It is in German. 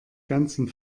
ganzen